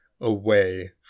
away